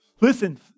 listen